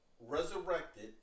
resurrected